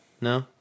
No